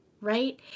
right